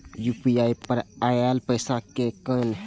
UPI पर आएल पैसा कै कैन?